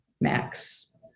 max